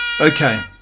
okay